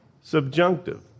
subjunctive